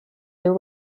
their